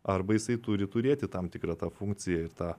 arba jisai turi turėti tam tikrą tą funkciją ir tą